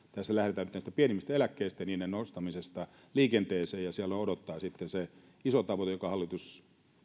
tässä lähdetään nyt näistä pienimmistä eläkkeistä ja niiden nostamisesta liikenteeseen ja siellä odottaa sitten se iso tavoite jonka hallitus